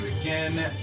again